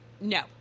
No